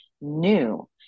new